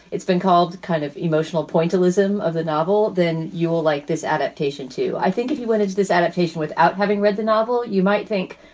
it's been called kind of emotional pointillism of the novel, then you will like this adaptation, too. i think if you wanted this adaptation without having read the novel, you might think,